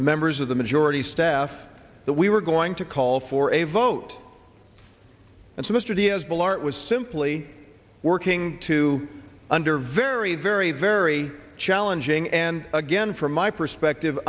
the members of the majority staff that we were going to call for a vote and so mr diaz balart was simply working to under very very very challenging and again from my perspective